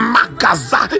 Magaza